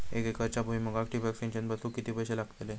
एक एकरच्या भुईमुगाक ठिबक सिंचन बसवूक किती पैशे लागतले?